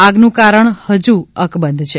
આગનું કારણ હજુ અકબંધ છે